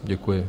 Děkuji.